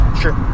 sure